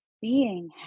seeing